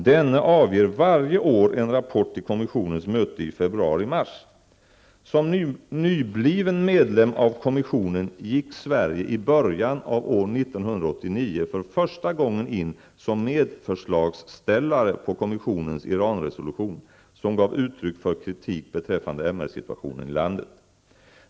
Denne avger varje år en rapport till kommissionens möte i februari--mars. Sverige i början av år 1989 för första gången in som medförslagsställare beträffande kommissionens Iran-resolution, som gav uttryck för kritik beträffande MR-situationen i landet.